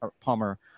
Palmer